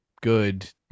good